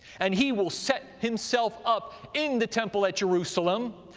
and he will set himself up in the temple at jerusalem,